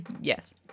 Yes